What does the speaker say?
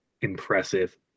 impressive